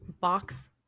box